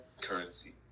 currency